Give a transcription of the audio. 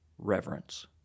Reverence